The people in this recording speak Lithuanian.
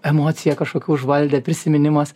emocija kažkokia užvaldė prisiminimas